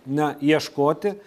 na ieškoti